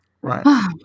Right